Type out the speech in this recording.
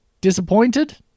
Disappointed